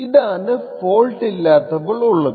ഇതാണ് ഫോൾട്ട് ഇല്ലാത്തപ്പോൾ ഉള്ളത്